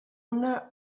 una